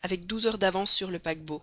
avec douze heures d'avance sur le paquebot